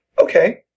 Okay